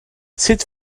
sut